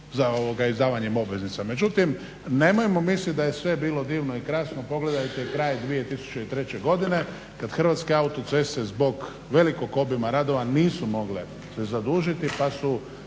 zaduživali izdavanjem obveznica. Međutim, nemojmo misliti da je sve bilo divno i krasno, pogledajte kraj 2003. godine kad Hrvatske autoceste zbog velikog obima radova nisu mogle se zadužiti pa su